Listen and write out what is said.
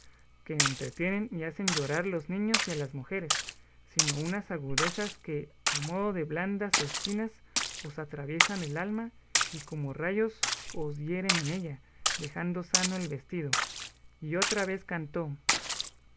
que entretienen y hacen llorar los niños y a las mujeres sino unas agudezas que a modo de blandas espinas os atraviesan el alma y como rayos os hieren en ella dejando sano el vestido y otra vez cantó